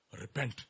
Repent